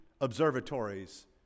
observatories